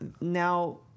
now